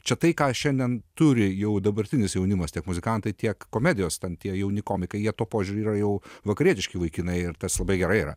čia tai ką šiandien turi jau dabartinis jaunimas tiek muzikantai tiek komedijos ten tie jauni komikai jie tuo požiūriu yra jau vakarietiški vaikinai ir tas labai gerai yra